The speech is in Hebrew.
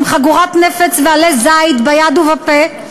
עם חגורת נפץ ועלה זית ביד ובפה,